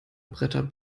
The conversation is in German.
bretter